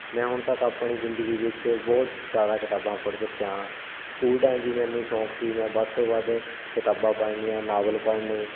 ਮੈਂ ਹੁਣ ਤੱਕ ਆਪਣੀ ਜ਼ਿੰਦਗੀ ਵਿੱਚ ਬਹੁਤ ਜ਼ਿਆਦਾ ਕਿਤਾਬਾਂ ਪੜ੍ਹ ਚੁੱਕਿਆ ਹਾਂ ਸਕੂਲ ਟਾਈਮ ਵੀ ਮੈਨੂੰ ਸ਼ੌਂਕ ਸੀ ਮੈਂ ਵੱਧ ਤੋਂ ਵੱਧ ਕਿਤਾਬਾਂ ਪੜ੍ਹਨੀਆਂ ਨਾਵਲ ਪੜ੍ਹਨੇ